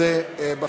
34 בעד, אין מתנגדים.